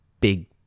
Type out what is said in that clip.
big